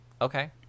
Okay